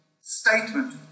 statement